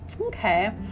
Okay